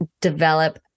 develop